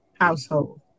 household